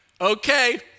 okay